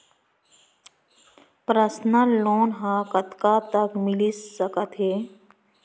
Personal loan ह कतका तक मिलिस सकथे?